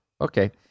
Okay